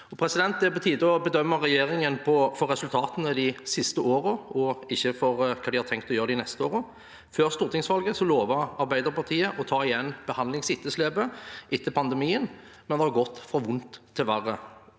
Det er på tide å bedømme regjeringen etter resultatene de siste årene, ikke etter hva de har tenkt å gjøre de neste årene. Før stortingsvalget lovet Arbeiderpartiet å ta igjen behandlingsetterslepet etter pandemien, men det har gått fra vondt til verre